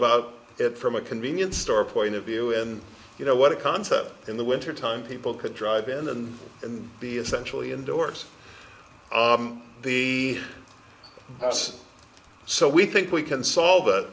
about it from a convenience store point of view and you know what a concept in the wintertime people can drive in and be essentially indoors the house so we think we can solve th